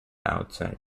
outside